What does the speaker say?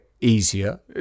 Easier